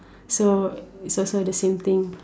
so it's also the same thing